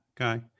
Okay